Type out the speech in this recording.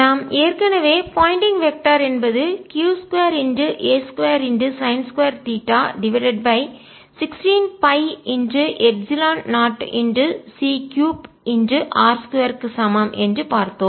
நாம் ஏற்கனவே pointing vector திசையன் என்பது q 2 a2சைன்2 theta divided by 16 pi epsilon 0 c3 r2 க்கு சமம் என்று பார்த்தோம்